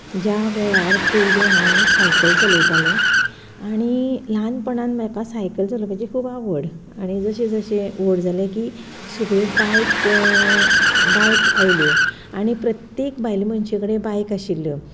ज्या वेळार पयलीं हांव सायकल चलयतालें आनी ल्हानपणान म्हाका सायकल चलोपाची खूब आवड आणी जशे जशे व्हड जालें की सगळ्यो बायक बायक आयल्यो आनी प्रत्येक बायल मनशे कडेन बायक आशिल्ली